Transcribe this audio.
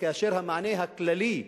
כאשר המענה הכללי,